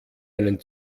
einen